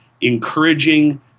encouraging